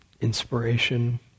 inspiration